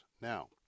Now